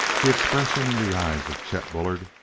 the expression in the eyes of chet bullard,